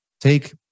take